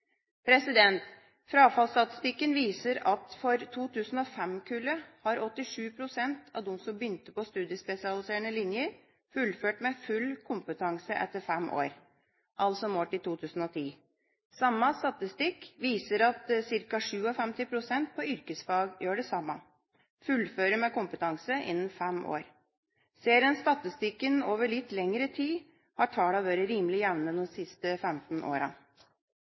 har 87 pst. av de som begynte på studiespesialiserende linjer, fullført med full kompetanse etter fem år, altså målt i 2010. Samme statistikk viser at ca. 57 pst. på yrkesfag gjør det samme: fullfører med kompetanse innen fem år. Ser en statistikken over litt lengre tid, har tallene vært rimelig jevne de siste 15